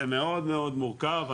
זה מאוד מאוד מורכב.